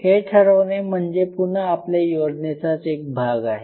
हे ठरवणे म्हणजे पुन्हा आपल्या योजनेचाच एक भाग आहे